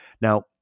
Now